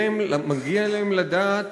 מגיע להם לדעת